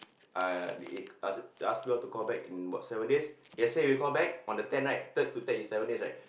ah they ask ask me all to call back in about seven days yesterday we call back on the ten right third to ten is seven days right